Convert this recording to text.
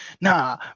nah